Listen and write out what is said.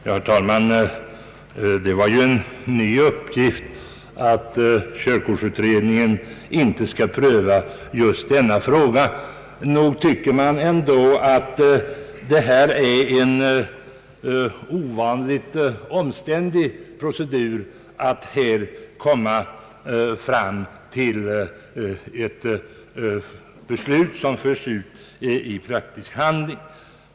Herr talman! Det var ju en ny uppgift att körkortsutredningen inte skall pröva just denna fråga. Nog tycker man att detta är en ovanligt omständlig procedur när det gäller att omsätta ett beslut i praktisk handling.